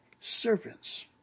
servants